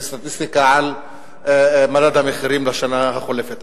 לסטטיסטיקה על מדד המחירים לשנה החולפת,